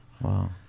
Wow